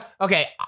Okay